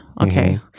Okay